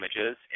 images